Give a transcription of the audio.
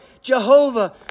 Jehovah